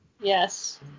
yes